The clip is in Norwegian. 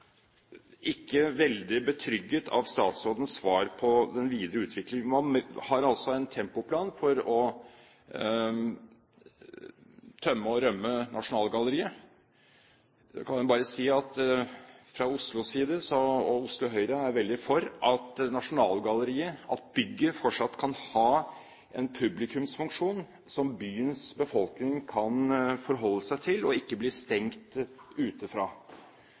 ikke veldig betrygget av statsrådens svar på den videre utviklingen. Man har altså en tempoplan for å tømme og rømme Nasjonalgalleriet. Jeg kan bare si at Oslo Høyre er veldig for at bygget fortsatt kan ha en publikumsfunksjon som byens befolkning kan forholde seg til og ikke bli stengt ute fra.